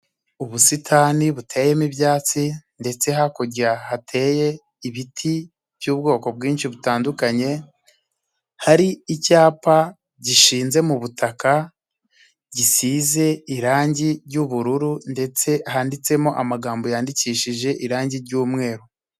Ubusitani buteyemo ibyatsi ndetse hakurya hateye ibiti by'ubwoko bwinshi butandukanye, hari icyapa gishinze mu butaka gisize irangi ry'ubururu, ndetse handitsemo amagambo yandikishije irangi ry'umweru.